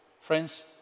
friends